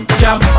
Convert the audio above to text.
jump